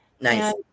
Nice